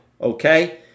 okay